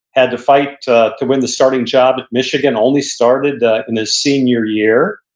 had to fight to to win the starting job. michigan only started in his senior year.